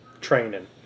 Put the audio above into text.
training